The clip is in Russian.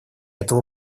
этого